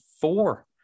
four